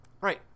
right